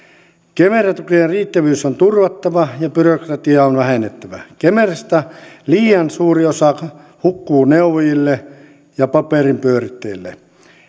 kemera tukien riittävyys on turvattava ja byrokratiaa on vähennettävä kemerasta liian suuri osa hukkuu neuvojille ja paperinpyörittäjille